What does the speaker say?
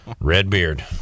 Redbeard